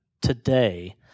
today